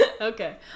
Okay